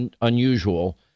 unusual